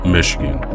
Michigan